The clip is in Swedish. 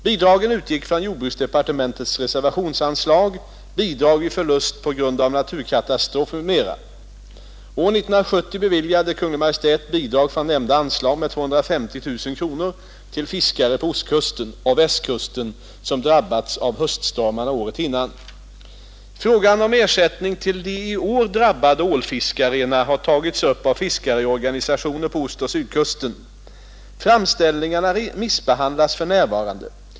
Bidragen utgick från jordbruksdepartementets reservationsanslag Bidrag vid förlust på grund av naturkatastrof m.m. År 1970 beviljade Kungl. Maj:t bidrag från nämnda anslag med 250 000 kronor till fiskare på ostkusten och Västkusten som drabbats av höststormarna året innan. Frågan om ersättning till de i år drabbade ålfiskarna har tagits upp av fiskarorganisationer på ostoch sydkusten. Framställningarna remissbehandlas för närvarande.